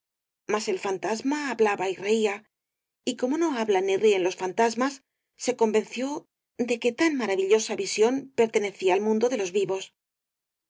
mas el fantasma hablaba y reía y como no hablan ni ríen los fantasmas se convenció de que tan maravillosa visión pertenecía al mundo de los vivos